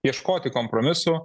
ieškoti kompromisų